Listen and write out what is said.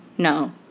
no